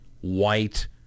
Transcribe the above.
white